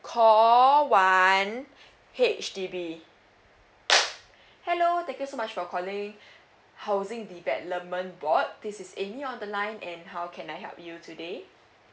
call one H_D_B hello thank you so much for calling housing development board this is amy on the line and how can I help you today